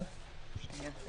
בנוגע